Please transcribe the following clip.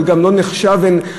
והוא גם לא נחשב כך.